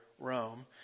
Rome